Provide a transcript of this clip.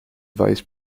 vice